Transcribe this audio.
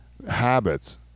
habits